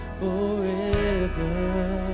forever